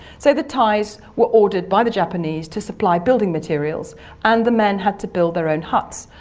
so the thais were ordered by the japanese to supply building materials and the men had to build their own huts.